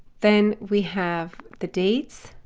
then we have the dates,